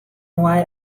why